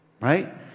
right